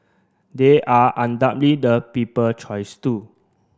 they are undoubtedly the people choice too